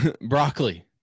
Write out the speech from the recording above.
Broccoli